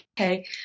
okay